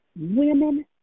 women